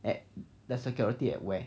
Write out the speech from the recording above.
at the security at where